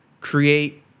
create